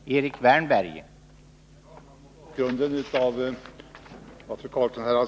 Herr talman! Mot bakgrund av vad fru Karlsson här har yrkat så har jag inget annat yrkande än bifall till utskottets hemställan.